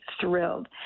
thrilled